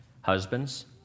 Husbands